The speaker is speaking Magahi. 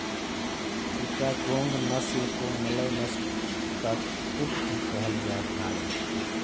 चिटागोंग नस्ल को मलय नस्ल का कुक्कुट भी कहल जा हाई